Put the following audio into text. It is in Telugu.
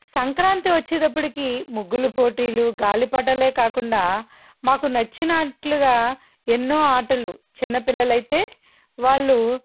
సంక్రాంతి వచ్చేతప్పటికి ముగ్గుల పోటీలు గాలిపటాలే కాకుండా మాకు నచ్చినట్లుగా ఎన్నో ఆటలు చిన్నపిల్లలైతే వాళ్ళు